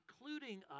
including